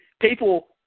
people